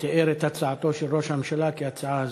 שתיאר את הצעתו של ראש הממשלה כהצעה הזויה.